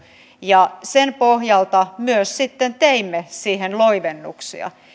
ja sen pohjalta myös sitten teimme siihen loivennuksia